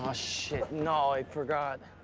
um shit, no, i forgot.